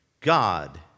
God